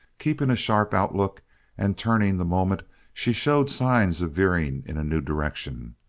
keeping a sharp outlook and turning the moment she showed signs of veering in a new direction.